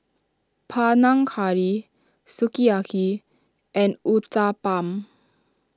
Panang Curry Sukiyaki and Uthapam